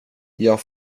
jag